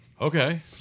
Okay